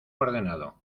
ordenado